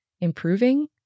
improving